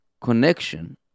connection